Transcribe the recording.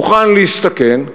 מוכן להסתכן,